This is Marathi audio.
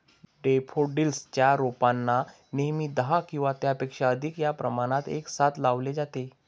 डैफोडिल्स च्या रोपांना नेहमी दहा किंवा त्यापेक्षा अधिक या प्रमाणात एकसाथ लावले जाते